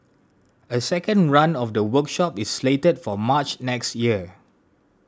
a second run of the workshop is slated for March next year